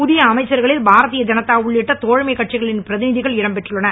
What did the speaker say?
புதிய அமைச்சர்களில் பாரதிய ஜனதா உள்ளிட்ட தோழமைக் கட்சிகளின் பிரதிநிதிகள் இடம் பெற்றுள்ளனர்